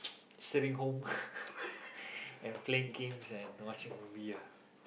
sitting home and playing games and watching movie ah